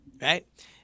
right